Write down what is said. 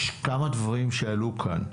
יש כמה דברים שעלו פה.